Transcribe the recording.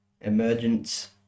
emergence